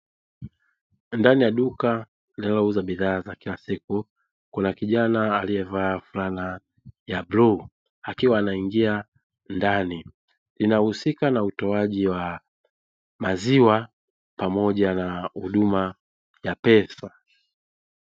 Ndani ya duka linalouza bidhaa za kila siku, kuna kijana aliyevaa fulana ya bluu akiwa anaingia ndani. Inahusika na utoaji wa maziwa pamoja na huduma ya pesa.